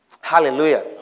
Hallelujah